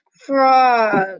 Frog